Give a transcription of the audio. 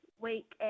week